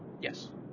yes